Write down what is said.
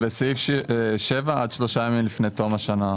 שהגישה הממשלה להפחתת ההוצאה הממשלתית המותרת בהתאם לסעיף 3א1(א)(6)(א)